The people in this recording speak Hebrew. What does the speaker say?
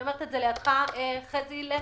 אני אומרת את זה גם לך אדוני המנכ"ל חזי לוי,